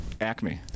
Acme